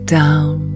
down